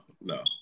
No